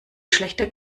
schlechte